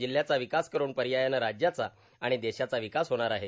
जिल्ह्यांचा विकास करून पर्यायानं राज्याचा आणि देशाचा विकास होणार आहे